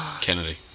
Kennedy